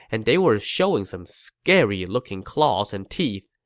and they were showing some scary-looking claws and teeth.